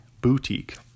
boutique